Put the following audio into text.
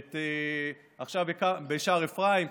עכשיו בשער אפרים,